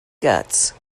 guts